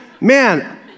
man